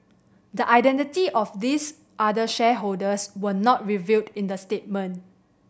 the identity of these other shareholders were not revealed in the statement